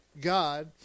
god